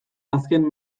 azken